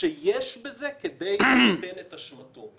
שיש בזה כדי למתן את אשמתו.